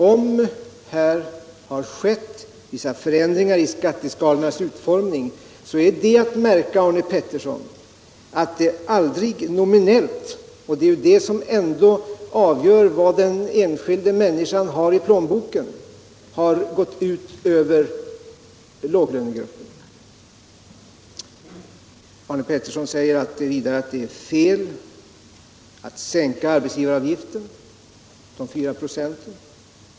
Om här har skett vissa förändringar i skatteskalornas utformning, så är det att märka, Arne Pettersson, att det aldrig nominellt, och det är ju det som ändå avgör vad den enskilda människan har i plånboken, har gått ut över låglönegrupperna. Arne Pettersson säger vidare att det är fel att sänka arbetsgivaravgiften.